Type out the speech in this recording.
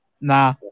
Nah